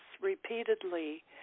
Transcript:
repeatedly